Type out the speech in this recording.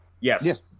Yes